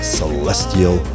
celestial